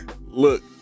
Look